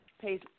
pays –